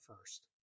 first